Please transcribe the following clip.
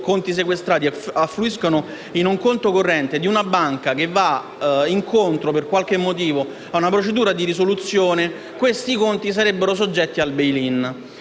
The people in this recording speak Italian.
o conti sequestrati affluiscono in un conto corrente di una banca che va incontro per qualche motivo a una procedura di risoluzione, quei conti sarebbero soggetti al *bail in*,